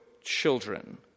children